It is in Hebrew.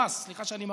סליחה שאני מאריך,